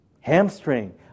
Hamstring